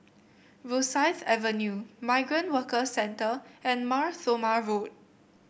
Rosyth Avenue Migrant Workers Centre and Mar Thoma Road